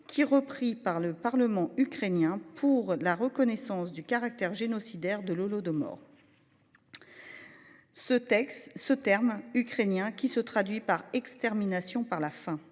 qui repris par le Parlement ukrainien pour de la reconnaissance du caractère génocidaire de Lolo de morts. Ce texte ce terme ukrainien qui se traduit par extermination par la faim